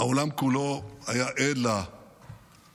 העולם כולו היה עד לזוועות